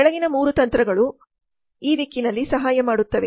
ಕೆಳಗಿನ ಮೂರು ತಂತ್ರಗಳು ದಿಕ್ಕಿನಲ್ಲಿ ಸಹಾಯ ಮಾಡುತ್ತವೆ